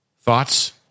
thoughts